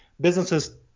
businesses